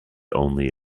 only